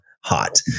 hot